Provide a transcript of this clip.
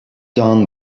done